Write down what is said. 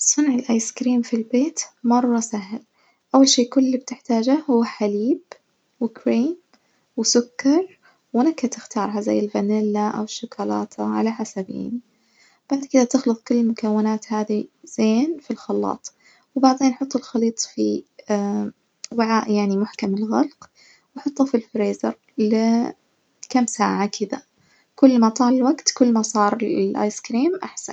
صنع الآيس كريم في البيت مرة سهل، أول شي كل البتحتاجه هو حليب وكريم وسكر ولك تختارهذا الفانيلا أو شوكالاتة على حسب يعني بعد كدة تخلط كل المكونات هذي زين في الخلاط بعد كدة حط الخليط في وعاء يعني محكم الغلق بحطه في الفريزر لكام ساعة كدة كل ما طال الوجت كل ما صار الآيس كريم أحسن.